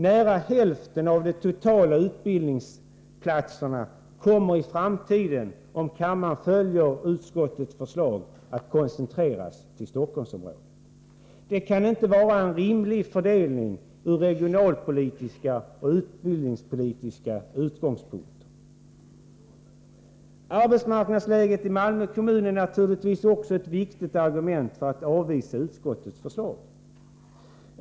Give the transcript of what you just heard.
Nära hälften av det totala antalet utbildningsplatser kommer i framtiden, om kammaren följer utskottets förslag, att koncentreras till Stockholm. Detta kan inte vara rimligt från regionalpolitiska och utbildningspolitiska utgångspunkter. Arbetsmarknadsläget i Malmö kommun är naturligtvis också ett viktigt argument för att avvisa utskottets förslag.